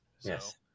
Yes